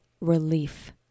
relief